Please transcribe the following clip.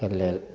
के लेल